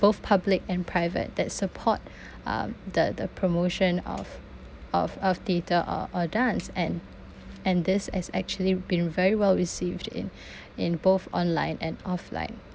both public and private that support um the the promotion of of of theatre or or dance and and this has actually been very well received in in both online and offline